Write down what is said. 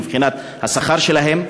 מבחינת השכר שלהם?